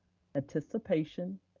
anticipation,